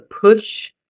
push